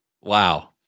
Wow